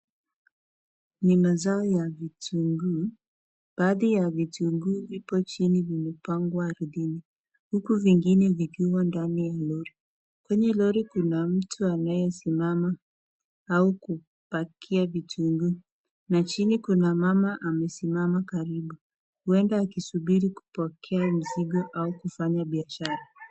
Ni mazao ya vitunguu. Baadhi ya vitunguu vipo chini vimepangwa ardhini, huku vingine vikiwa ndani ya lori. Kwenye lori kuna mtu anayesimama, au kupakia vitunguu na chini kuna mama amesimama karibu, huenda anasubiri kupokea mizigo au kufanya biashara.